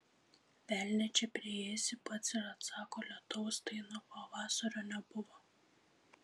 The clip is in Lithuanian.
velnią čia priėsi pats ir atsako lietaus tai nuo pavasario nebuvo